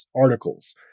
articles